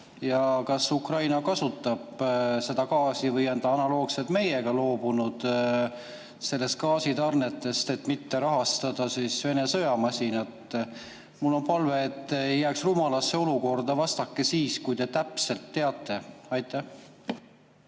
Kas Ukraina kasutab seda gaasi või on ta analoogselt meiega loobunud nendest gaasitarnetest, et mitte rahastada Vene sõjamasinat? Mul on palve, et selleks, et te ei jääks rumalasse olukorda, vastake siis, kui te täpselt teate. Aitäh,